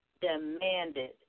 demanded